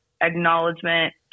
acknowledgement